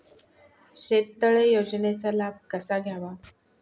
शेततळे योजनेचा लाभ कसा घ्यावा?